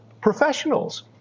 professionals